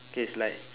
K it's like